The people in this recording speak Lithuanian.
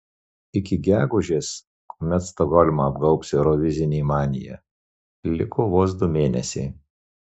iki gegužės kuomet stokholmą apgaubs eurovizinė manija liko vos du mėnesiai